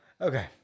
Okay